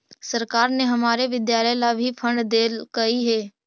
सरकार ने हमारे विद्यालय ला भी फण्ड देलकइ हे